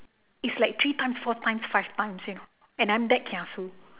is like three times four times five times you know and I am that kiasu